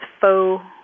faux